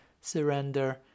surrender